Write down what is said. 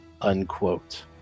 unquote